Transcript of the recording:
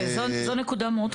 זו נקודה מאוד חשובה.